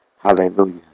Hallelujah